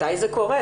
מתי זה קורה?